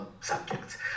subjects